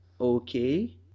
okay